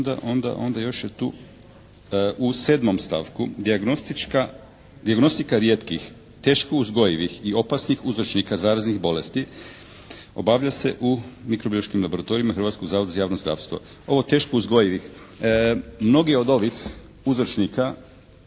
Onda još je tu, u 7. stavku dijagnostika rijetkih, teško uzgojivih i opasnih uzročnika zaraznih bolesti obavlja se u mikrobiološkim laboratorijima Hrvatskog zavoda za javno zdravstvo. Ovo teško uzgojivih. Mnogi od ovih uzročnika